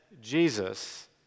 Jesus